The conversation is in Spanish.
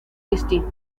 distinto